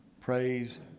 praise